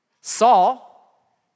Saul